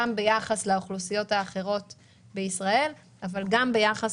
גם ביחס לאוכלוסיות האחרות בישראל אבל גם ביחס